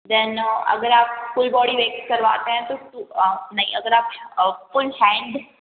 then अगर आप full body wax करवाते हैं तो नहीं अगर आप फुल हैन्ड